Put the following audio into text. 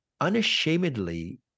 unashamedly